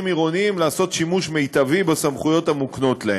עירוניים לעשות שימוש מיטבי בסמכויות המוקנות להם.